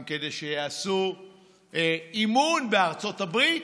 גם כדי שיעשו אימון בארצות הברית,